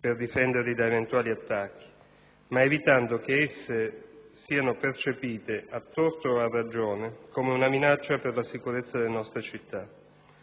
per difenderli da eventuali attacchi, ma evitando che esse siano percepite, a torto o a ragione, come una minaccia per la sicurezza delle nostre città.